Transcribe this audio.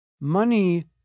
Money